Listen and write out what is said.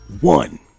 one